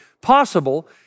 possible